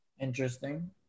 Interesting